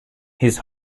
his